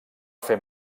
fer